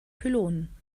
pylonen